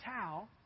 towel